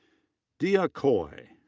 deea coy.